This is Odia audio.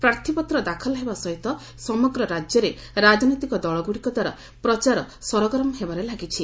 ପ୍ରାର୍ଥୀପତ୍ର ଦାଖଲ ହେବା ସହିତ ସମଗ୍ର ରାଜ୍ୟରେ ରାଜନୈତିକ ଦଳଗୁଡ଼ିକଦ୍ୱାରା ପ୍ରଚାର ସରଗରମ ହେବାରେ ଲାଗିଛି